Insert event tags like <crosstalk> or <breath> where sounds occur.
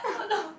oh no <breath>